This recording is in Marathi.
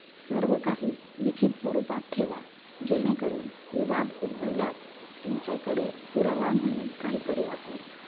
सर्व काही लिखित स्वरूपात ठेवा जेणेकरून विवाद उद्भवल्यास तुमच्याकडे पुरावा म्हणून काहीतरी असेल